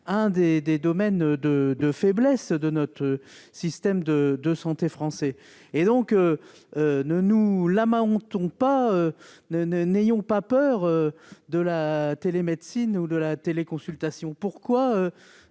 l'un des points de faiblesse du système de santé français. Alors, ne nous lamentons pas et n'ayons pas peur de la télémédecine ou de la téléconsultation ! Pourquoi